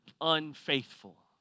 unfaithful